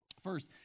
First